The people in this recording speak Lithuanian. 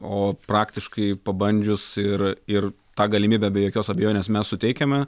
o praktiškai pabandžius ir ir tą galimybę be jokios abejonės mes suteikiame